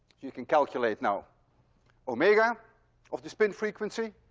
you can calculate now omega of the spin frequency.